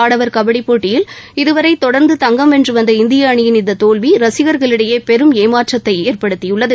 ஆடவர் கபடிப் போட்டியில் இதுவரை தொடர்ந்து தங்கம் வென்று வந்த இந்திய அணியின் இந்த தோல்வி ரசிகர்களிடையே பெரும் ஏமாற்றத்தை ஏற்படுத்தியுள்ளது